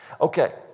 Okay